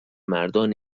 مردان